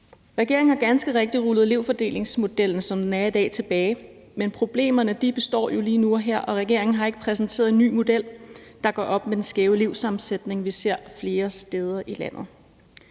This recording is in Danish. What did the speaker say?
Regeringen har ganske rigtigt rullet elevfordelingsmodellen, som den er i dag, tilbage, men problemerne består jo lige nu og her, og regeringen har ikke præsenteret en ny model, der gør op med den skæve elevsammensætning, vi ser flere steder i landet.